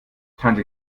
tante